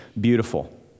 beautiful